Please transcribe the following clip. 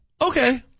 okay